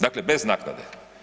Dakle, bez naknade.